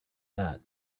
that